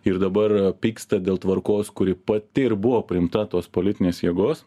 ir dabar pyksta dėl tvarkos kuri pati ir buvo priimta tos politinės jėgos